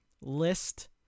list